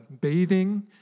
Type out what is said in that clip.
bathing